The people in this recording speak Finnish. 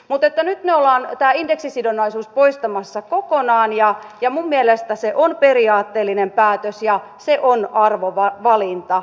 mutta nyt me olemme tämän indeksisidonnaisuuden poistamassa kokonaan ja minun mielestäni se on periaatteellinen päätös ja se on arvovalinta